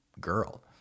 girl